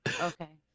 Okay